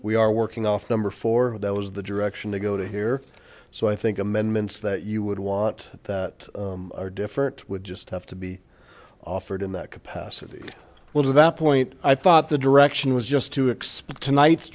we are working off number four that was the direction to go to here so i think amendments that you would want that are different would just have to be offered in that capacity well to that point i thought the direction was just to expect tonight